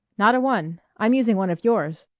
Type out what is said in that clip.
not a one. i'm using one of yours.